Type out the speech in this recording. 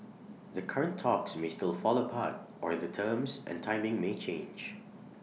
the current talks may still fall apart or the terms and timing may change